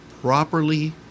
properly